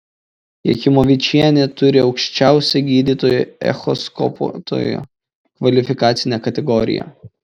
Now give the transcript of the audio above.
jachimovičienė turi aukščiausią gydytojo echoskopuotojo kvalifikacinę kategoriją